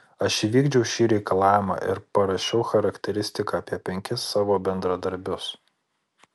aš įvykdžiau šį reikalavimą ir parašiau charakteristiką apie penkis savo bendradarbius